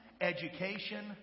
education